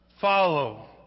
Follow